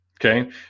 Okay